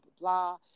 blah